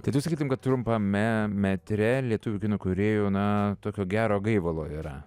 tai tu sakytum kad trumpame metre lietuvių kino kūrėjų na tokio gero gaivalo yra